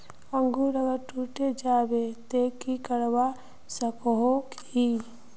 अंकूर अगर टूटे जाबे ते की करवा सकोहो ही?